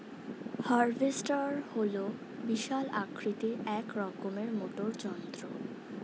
harvester হল বিশাল আকৃতির এক রকমের মোটর যন্ত্র